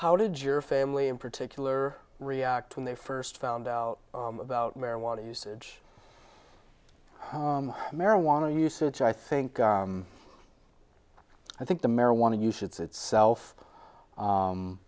how did your family in particular react when they first found out about marijuana usage marijuana usage i think i think the marijuana use itself